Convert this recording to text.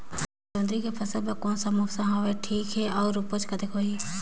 जोंदरी के फसल बर कोन सा मौसम हवे ठीक हे अउर ऊपज कतेक होही?